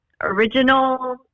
Original